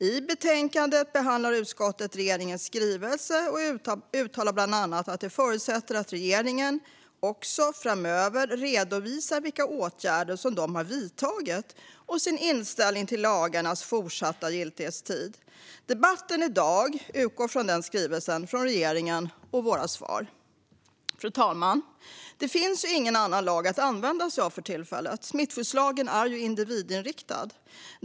I betänkandet behandlar utskottet regeringens skrivelse och uttalar bland annat att den förutsätter att regeringen också framöver redovisar vilka åtgärder som den har vidtagit och sin inställning till lagarnas fortsatta giltighetstid. Debatten i dag utgår från regeringens skrivelse och våra svar. Fru talman! Det finns ingen annan lag att använda sig av för tillfället. Smittskyddslagen är ju individinriktad.